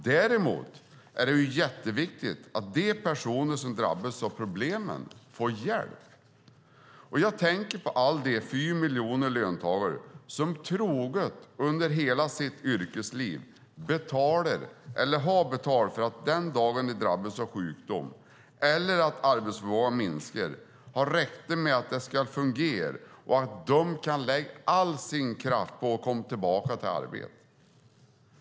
Däremot är det jätteviktigt att de personer som drabbas av problemen får hjälp. Jag tänker på alla de fyra miljoner löntagare som under hela sitt yrkesliv troget betalar eller har betalat för att de den dag de drabbas av sjukdom eller minskad arbetsförmåga ska få hjälp. De har räknat med att det ska fungera och att de ska kunna lägga all sin kraft på att komma tillbaka till arbetet.